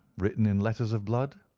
written in letters of blood,